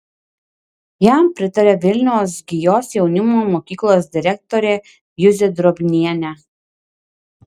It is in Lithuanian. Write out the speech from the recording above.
jam pritaria vilniaus gijos jaunimo mokyklos direktorė juzė drobnienė